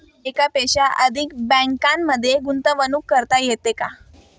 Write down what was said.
एकापेक्षा अधिक बँकांमध्ये गुंतवणूक करता येते का?